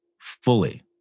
fully